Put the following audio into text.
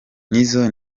nizzo